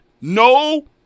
No